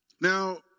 now